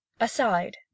Aside